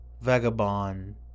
vagabond